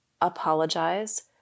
apologize